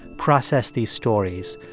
process these stories?